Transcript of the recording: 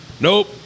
Nope